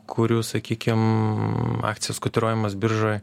kurių sakykim akcijos kotiruojamos biržoj